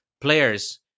players